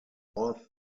north